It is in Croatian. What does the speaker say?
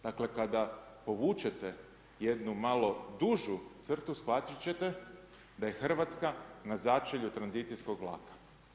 Dakle, kada povučete jednu malo dužu crtu shvatit ćete da je Hrvatska na začelju tranzicijskog vlaka.